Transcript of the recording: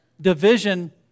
division